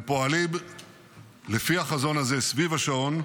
הם פועלים לפי החזון הזה סביב השעון,